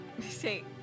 say